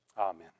Amen